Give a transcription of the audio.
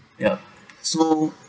yup so